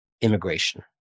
immigration